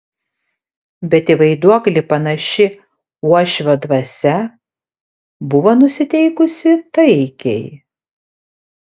bet į vaiduoklį panaši uošvio dvasia buvo nusiteikusi taikiai